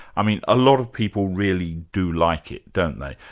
i mean a lot of people really do like it, don't they?